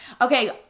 okay